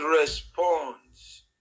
responds